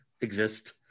exist